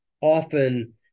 often